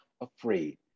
afraid